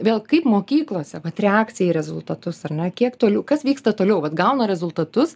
vėl kaip mokyklose vat reakcija į rezultatus ar ne kiek toliau kas vyksta toliau vat gauna rezultatus